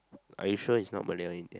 are you sure it's not Malay or anything